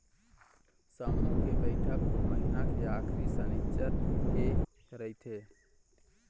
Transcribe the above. समूह के बइठक महिना के आखरी सनिच्चर के रहिथे